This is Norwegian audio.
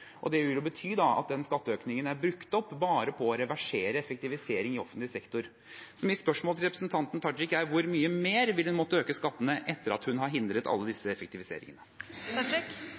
år. Det vil jo da bety at den skatteøkningen er brukt opp bare på å reversere effektivisering i offentlig sektor. Mitt spørsmål til representanten Tajik er: Hvor mye mer vil hun måtte øke skattene med etter at hun har hindret alle disse